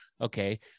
Okay